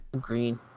Green